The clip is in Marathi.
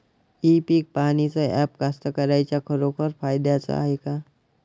इ पीक पहानीचं ॲप कास्तकाराइच्या खरोखर फायद्याचं हाये का?